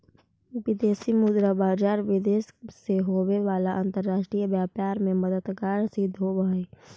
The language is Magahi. विदेशी मुद्रा बाजार विदेश से होवे वाला अंतरराष्ट्रीय व्यापार में मददगार सिद्ध होवऽ हइ